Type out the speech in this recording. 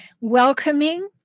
welcoming